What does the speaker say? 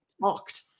talked